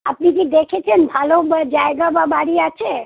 আপনি কি দেখেছেন ভালো বা জায়গা বা বাড়ি আছে